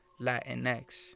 Latinx